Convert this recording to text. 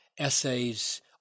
essays